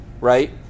right